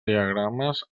diagrames